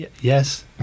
Yes